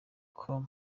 com